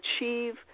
achieve